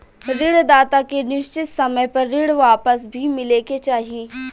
ऋण दाता के निश्चित समय पर ऋण वापस भी मिले के चाही